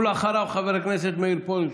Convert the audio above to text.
אחריו, חבר הכנסת מאיר פרוש,